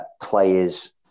players